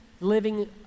living